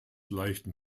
leichten